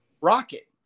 rocket